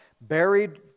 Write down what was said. buried